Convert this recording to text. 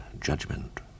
Judgment